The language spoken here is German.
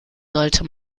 sollte